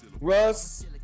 russ